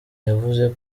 yavuze